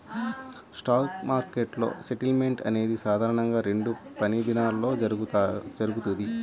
spot మార్కెట్లో settlement అనేది సాధారణంగా రెండు పనిదినాల్లో జరుగుతది,